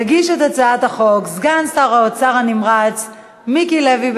יגיש את הצעת החוק סגן שר האוצר הנמרץ מיקי לוי,